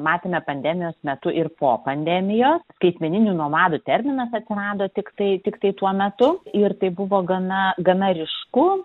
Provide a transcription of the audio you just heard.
matėme pandemijos metu ir po pandemijos skaitmeninių nomadų terminas atsirado tiktai tiktai tuo metu ir tai buvo gana gana ryšku